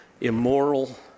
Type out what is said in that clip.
immoral